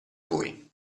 lui